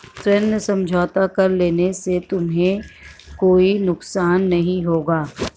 ऋण समझौता कर लेने से तुम्हें कोई नुकसान नहीं होगा